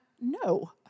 no